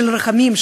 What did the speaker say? של רחמים,